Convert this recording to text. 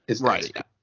Right